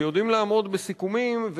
ויודעים לעמוד בסיכומים,